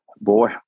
Boy